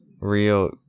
Real